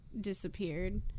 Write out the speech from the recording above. Disappeared